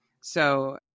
So-